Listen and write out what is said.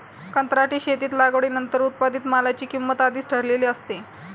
कंत्राटी शेतीत लागवडीनंतर उत्पादित मालाची किंमत आधीच ठरलेली असते